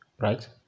right